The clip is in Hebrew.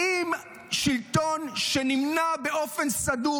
האם שלטון שנמנע באופן סדור